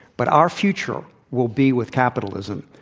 but our future will be with capitalism.